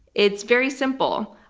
it's very simple.